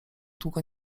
długo